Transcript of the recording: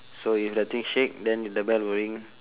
so if the thing shake then the bell will ring